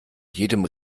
jedem